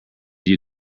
you